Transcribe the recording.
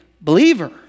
believer